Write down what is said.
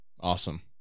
Awesome